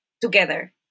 together